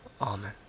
Amen